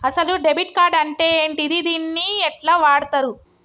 అసలు debit card అంటే ఏంటిది? దీన్ని ఎట్ల వాడుతరు?